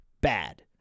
Bad